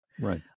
right